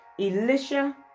Elisha